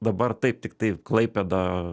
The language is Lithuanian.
dabar taip tiktai klaipėda